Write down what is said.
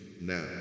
now